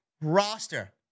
roster